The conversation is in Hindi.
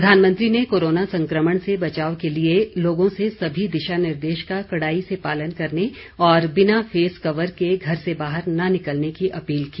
प्रधानमंत्री ने कोरोना संक्रमण से बचाव के लिए लोगों से सभी दिशा निर्देशों का कड़ाई से पालन करने और बिना फेस कवर के घर से बाहर न निकलने की अपील की